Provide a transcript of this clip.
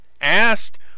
asked